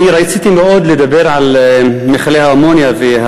אני רציתי מאוד לדבר על מכלי האמוניה ועל